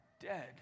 dead